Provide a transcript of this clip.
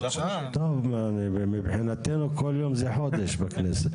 טוב, מבחינתנו כל יום זה חודש בכנסת.